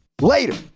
later